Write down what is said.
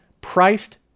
priced